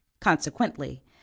Consequently